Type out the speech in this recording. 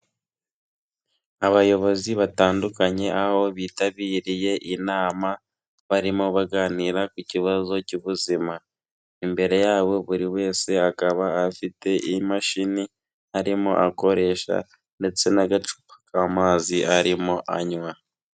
Abayobozi batandukanye aho bitabiriye inama, barimo baganira ku kibazo cy'ubuzima, imbere yabo buri wese akaba afite imashini arimo akoresha ndetse n'agacupa k'amazi arimo anywa.